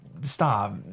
Stop